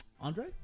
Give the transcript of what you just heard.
Andre